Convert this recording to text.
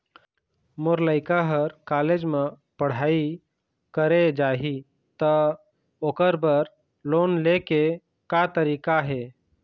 मोर लइका हर कॉलेज म पढ़ई करे जाही, त ओकर बर लोन ले के का तरीका हे?